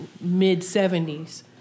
mid-70s